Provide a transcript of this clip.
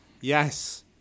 Yes